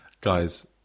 Guys